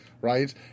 right